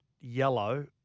Yellow